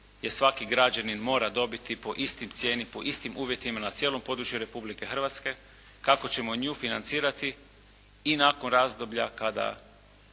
svaki građanin mora dobiti po istoj cijeni, po istim uvjetima na cijelom području Republike Hrvatske, kako ćemo nju financirati i nakon razdoblja kada